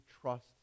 trust